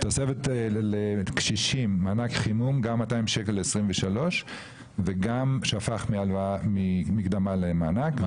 תוספת לקשישים מענק חימום גם 200 ש"ח ל- 2023 גם שהפך מקדמה למענק,